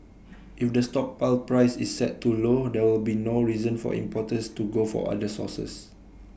if the stockpile price is set too low there will be no reason for importers to go for other sources